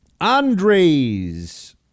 Andres